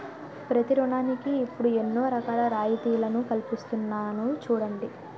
ప్రతి ఋణానికి ఇప్పుడు ఎన్నో రకాల రాయితీలను కల్పిస్తున్నారు చూడండి